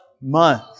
month